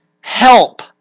help